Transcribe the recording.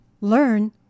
learn